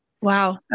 Wow